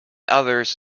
others